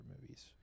movies